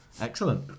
excellent